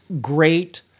great